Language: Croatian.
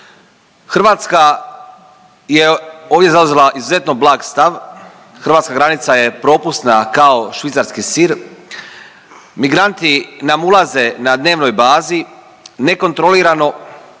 Hrvatska je ovdje izrazila izuzetno blag stav, hrvatska granica je propusna kao švicarski sir, migranti nam ulaze na dnevnoj bazi nekontrolirano,